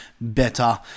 better